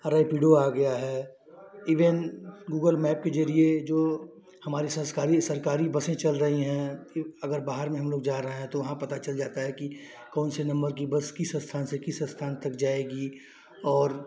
रैपिडो आ गया है इवेन गूगल मैप के ज़रिये जो हमारे संस्कारी सरकारी बसें चल रही हैं कि अगर बाहर में हमलोग जा रहे हैं तो वहाँ पता चल जाता है कि कौन से नम्बर की बस किस स्थान से किस स्थान तक जाएगी और